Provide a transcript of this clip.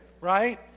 Right